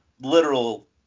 literal